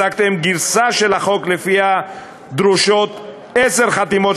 הצגתם גרסה של החוק שלפיה דרושות עשר חתימות